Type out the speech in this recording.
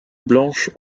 blanche